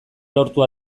lortu